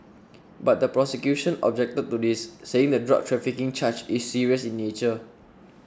but the prosecution objected to this saying the drug trafficking charge is serious in nature